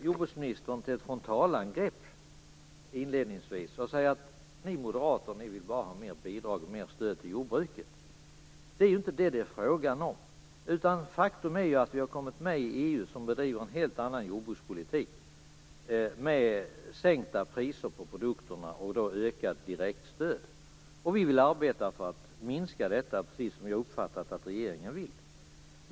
Jordbruksministern gick inledningsvis till ett frontalangrepp och sade att Moderaterna bara vill ha mer bidrag och mer stöd till jordbruket. Det är inte fråga om det. Faktum är att vi har kommit med i EU, som driver en helt annan jordbrukspolitik, med sänkta priser på produkterna och ökat direktstöd. Vi vill arbeta för att minska detta, precis som vi har uppfattat att regeringen vill.